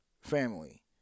family